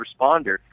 responder